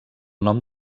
nom